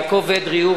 יעקב אדרי,